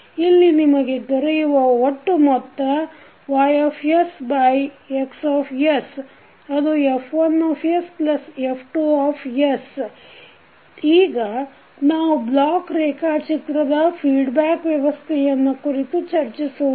ಇಲ್ಲಿ ನಿಮಗೆ ದೊರೆಯುವ ಒಟ್ಟು ಮೊತ್ತYX ಅದು F1F2 ಈಗ ನಾವು ಬ್ಲಾಕ್ ರೇಖಾಚಿತ್ರದ ಫೀಡ್ಬ್ಯಾಕ್ ವ್ಯವಸ್ಥೆಯನ್ನು ಕುರಿತು ಚರ್ಚಿಸೋಣ